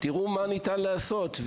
תראו מה ניתן לעשות.